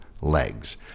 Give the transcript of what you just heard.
legs